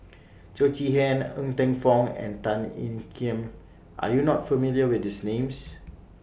Teo Chee Hean Ng Teng Fong and Tan Ean Kiam Are YOU not familiar with These Names